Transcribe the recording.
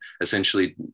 essentially